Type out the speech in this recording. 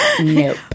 Nope